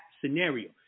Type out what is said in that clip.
scenario